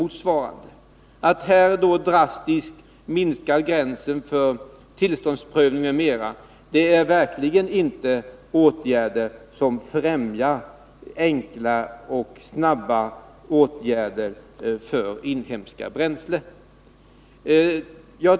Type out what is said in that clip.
Att göra som regeringen då föreslog, att drastiskt sänka gränsen för tillståndsprövning m.m., främjar verkligen inte enkla och snabba åtgärder för inhemska bränslen.